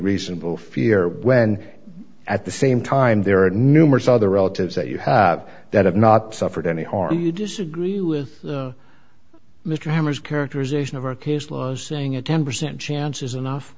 reasonable fear when at the same time there are numerous other relatives that you have that have not suffered any harm you disagree with mr hammers characterization of our case laws saying a ten percent chance is enough